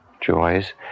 joys